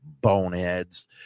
boneheads